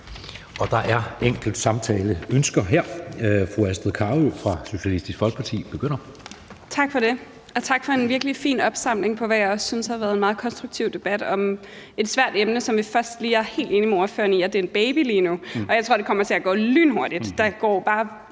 Der er ønsker om samtale her. Fru Astrid Carøe fra Socialistisk Folkeparti begynder. Kl. 15:13 Astrid Carøe (SF): Tak for det, og tak for en virkelig fin opsamling på, hvad jeg også synes har været en meget konstruktiv debat om et svært emne, som jeg er helt enig med ordføreren i er en baby lige nu, og jeg tror, at det kommer til at gå lynhurtigt; der sker en